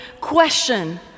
question